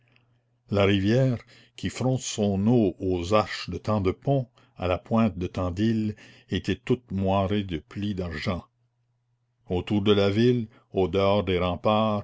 la rivière qui fronce son eau aux arches de tant de ponts à la pointe de tant d'îles était toute moirée de plis d'argent autour de la ville au dehors des remparts